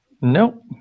nope